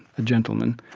a gentleman,